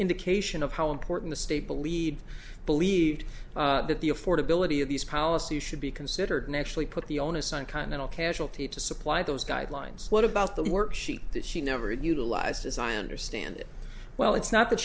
indication of how important a stable lead believed that the affordability of these policies should be considered naturally put the onus on continental casualty to supply those guidelines what about the work she did she never had utilized as i understand it well it's not that